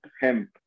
hemp